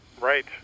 Right